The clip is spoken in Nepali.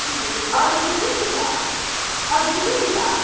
अरू चाहिँ के के छ अरू चाहिँ के के छ